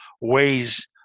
ways